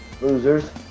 losers